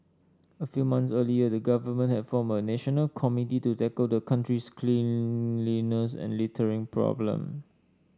a few months earlier the Government had formed a national committee to tackle the country's cleanliness and littering problem